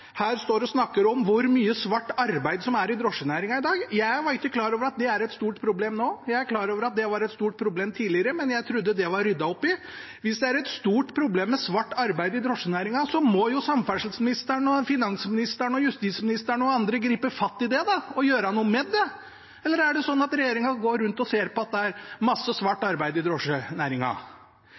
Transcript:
står og snakker om hvor mye svart arbeid som er i drosjenæringen i dag, var ikke jeg klar over at det er et stort problem nå. Jeg er klar over at det var et stort problem tidligere, men jeg trodde det var ryddet opp i. Hvis det er et stort problem med svart arbeid i drosjenæringen, må jo samferdselsministeren, finansministeren, justisministeren og andre gripe fatt i det og gjøre noe med det. Eller er det sånn at regjeringen går rundt og ser på at det er masse svart arbeid i